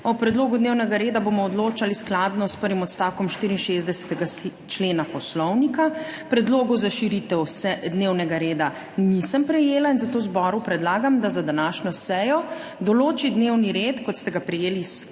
O predlogu dnevnega reda bomo odločali skladno s prvim odstavkom 64. člena Poslovnika. Predlogov za širitev seje dnevnega reda nisem prejela in zato zboru predlagam, da za današnjo sejo določi dnevni red, kot ste ga prejeli s